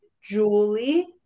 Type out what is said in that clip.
Julie